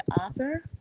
author